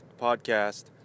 podcast